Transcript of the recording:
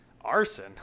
arson